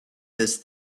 those